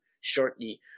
shortly